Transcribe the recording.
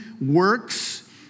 works